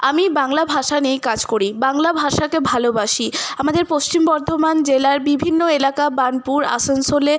আমি বাংলা ভাষা নিয়েই কাজ করি বাংলা ভাষাকে ভালোবাসি আমাদের পশ্চিম বর্ধমান জেলার বিভিন্ন এলাকা বার্ণপুর আসানসোলে